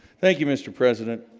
thank you mr. president